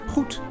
Goed